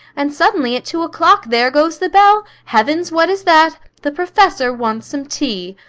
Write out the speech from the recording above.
and suddenly, at two o'clock, there goes the bell! heavens, what is that? the professor wants some tea!